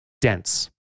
dense